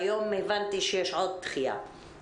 היום הבנתי שיש עוד דחייה.